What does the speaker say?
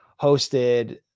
hosted